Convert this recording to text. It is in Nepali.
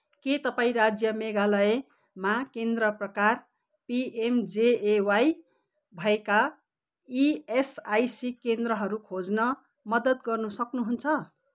के तपाईँ राज्य मेघालयमा केन्द्र प्रकार पिएमजेएवाई भएका इएसआइसी केन्द्रहरू खोज्न मद्दत गर्न सक्नुहुन्छ